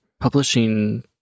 publishing